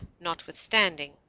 notwithstanding